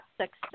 success